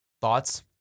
Thoughts